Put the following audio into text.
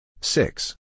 Six